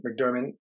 McDermott